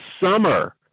summer